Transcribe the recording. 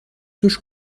توش